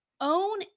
own